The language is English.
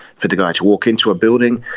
for the guy to walk into a building.